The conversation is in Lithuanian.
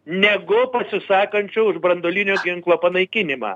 negu pasisakančių už branduolinio ginklo panaikinimą